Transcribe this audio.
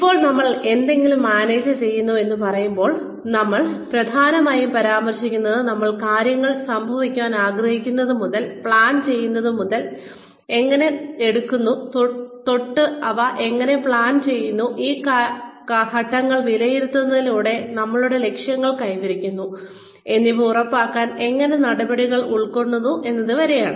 ഇപ്പോൾ നമ്മൾ എന്തെങ്കിലും മാനേജ് ചെയ്യുന്നു എന്ന് പറയുമ്പോൾ നമ്മൾ പ്രധാനമായും പരാമർശിക്കുന്നത് നമ്മൾ കാര്യങ്ങൾ സംഭവിക്കാൻ ആഗ്രഹിക്കുന്നത് മുതൽ പ്ലാൻ ചെയ്യുന്നത് മുതൽ കാര്യങ്ങൾ എങ്ങനെ എടുക്കുന്നു തൊട്ട് അവ എങ്ങനെ പ്ലാൻ ചെയ്യുന്നു ആ ഘട്ടങ്ങൾ വിലയിരുത്തുന്നതിലൂടെ നമ്മളുടെ ലക്ഷ്യങ്ങൾ കൈവരിക്കുന്നു എന്നിവ ഉറപ്പാക്കാൻ എങ്ങനെ നടപടികൾ കൈക്കൊള്ളുന്നു എന്നത് വരെയാണ്